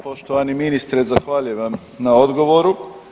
Poštovani ministre, zahvaljujem vam na odgovoru.